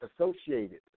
associated